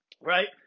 right